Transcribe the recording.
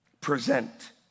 Present